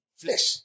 flesh